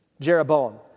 Jeroboam